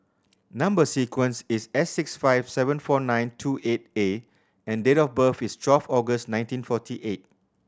number sequence is S six five seven four nine two eight A and date of birth is twelve August nineteen forty eight